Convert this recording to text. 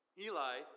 Eli